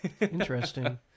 Interesting